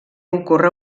ocorre